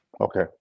Okay